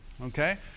Okay